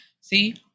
See